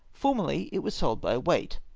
formerly, it was sold by weight,